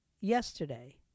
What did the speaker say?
yesterday